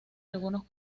algunos